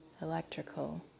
electrical